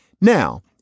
Now